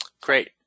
Great